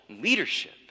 leadership